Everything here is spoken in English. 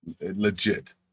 legit